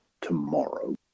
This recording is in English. tomorrow